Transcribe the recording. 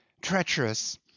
treacherous